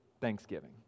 Thanksgiving